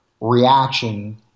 reaction